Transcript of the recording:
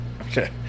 Okay